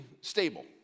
stable